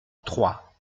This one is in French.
trois